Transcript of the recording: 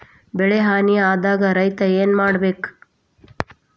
ಬೆಳಿ ಹಾನಿ ಆದಾಗ ರೈತ್ರ ಏನ್ ಮಾಡ್ಬೇಕ್?